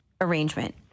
arrangement